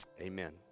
Amen